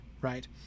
right